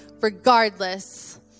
regardless